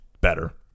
better